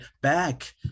back